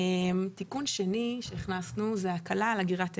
תיקון שני שהכנסנו זה ההקלה על אגירת אנרגיה.